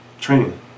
Training